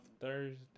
Thursday